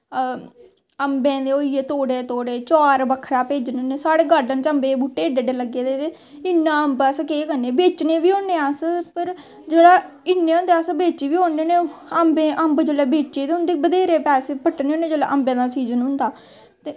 अम्बें दे होइयै तोड़ें दे तोड़े चार बक्खरा होइया साढ़े गॉर्डन च अम्बे दे बूह्टे ्ने अस जेह्ड़ा इन्ने होंदे अस बेच्ची बी ओड़ने होने अम्ब जिसलै बचे ते उंदे बत्हेरे पैसे बट्टने होन्ने जिसलै अम्बें दा सीज़न होंदा